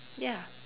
ya